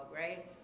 right